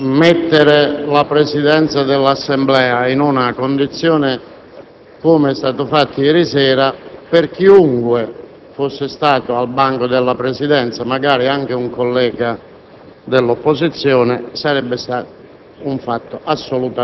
perché mettere la Presidenza dell'Assemblea in una condizione come quella di ieri sera, per chiunque fosse stato al banco della Presidenza, magari anche un collega